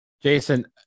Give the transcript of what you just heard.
Jason